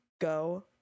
go